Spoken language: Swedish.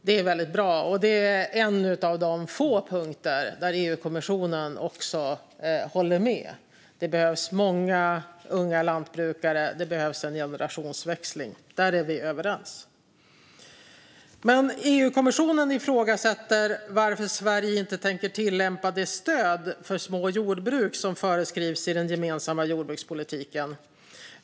Det är väldigt bra, och det är en av de få punkter där EU-kommissionen också håller med. Det behövs många unga lantbrukare, och det behövs en generationsväxling. Där är vi överens. EU-kommissionen ifrågasätter dock varför Sverige inte tänker tillämpa det stöd för små jordbruk som föreskrivs i den gemensamma jordbrukspolitiken.